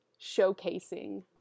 showcasing